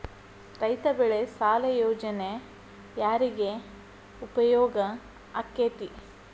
ರೈತ ಬೆಳೆ ಸಾಲ ಯೋಜನೆ ಯಾರಿಗೆ ಉಪಯೋಗ ಆಕ್ಕೆತಿ?